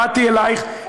באתי אלייך,